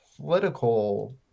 political